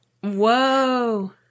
Whoa